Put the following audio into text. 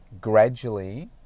gradually